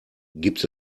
gibt